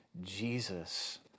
Jesus